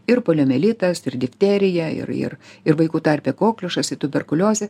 ir poliomielitas ir difterija ir ir ir vaikų tarpe kokliušas į tuberkuliozė